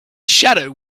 shadow